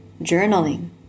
journaling